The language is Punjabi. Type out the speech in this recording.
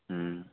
ਹੂੰ